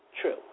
true